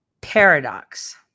paradox